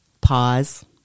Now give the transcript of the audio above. Pause